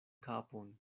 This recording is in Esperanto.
kapon